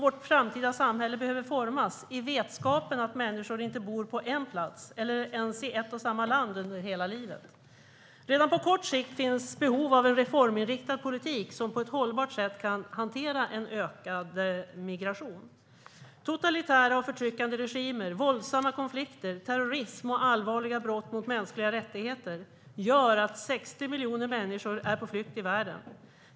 Vårt framtida samhälle behöver formas med vetskapen om att människor inte bor på en plats, eller ens i ett och samma land, under hela livet. Redan på kort sikt finns det behov av en reforminriktad politik som på ett hållbart sätt kan hantera ökad migration. Totalitära och förtryckande regimer, våldsamma konflikter, terrorism och allvarliga brott mot mänskliga rättigheter gör att 60 miljoner människor är på flykt i världen.